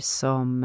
som